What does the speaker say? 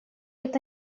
это